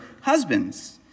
husbands